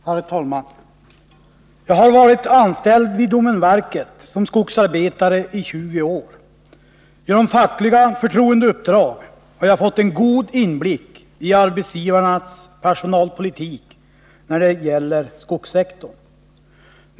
Herr talman! Jag har varit anställd vid domänverket som skogsarbetare i 20 år. Genom fackliga förtroendeuppdrag har jag fått en god inblick i arbetsgivarnas personalpolitik när det gäller skogssektorn.